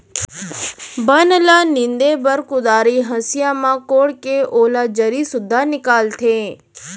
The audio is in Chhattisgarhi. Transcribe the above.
बन ल नींदे बर कुदारी, हँसिया म कोड़के ओला जरी सुद्धा निकालथें